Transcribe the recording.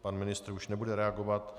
Pan ministr už nebude reagovat.